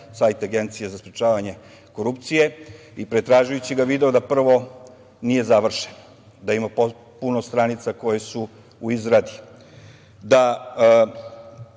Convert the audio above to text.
sajt Agencije za sprečavanje korupcije, i pretražujući ga video prvo da nije završen, da ima puno stranica koje su u izradi.